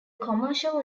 commercial